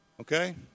Okay